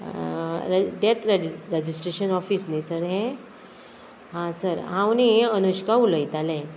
death रज registration office न्ही sir हें आ सर हांव न्ही अनुष्का उलयतालें